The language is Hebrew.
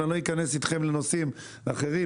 ואני לא אכנס איתכם לנושאים אחרים,